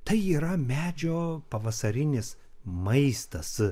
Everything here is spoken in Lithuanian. tai yra medžio pavasarinis maistas